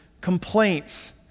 complaints